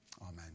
Amen